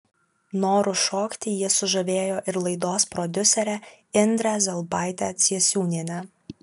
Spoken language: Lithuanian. noru šokti jie sužavėjo ir laidos prodiuserę indrę zelbaitę ciesiūnienę